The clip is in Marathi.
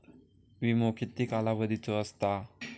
विमो किती कालावधीचो असता?